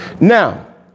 Now